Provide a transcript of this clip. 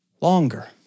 longer